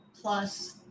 plus